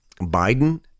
Biden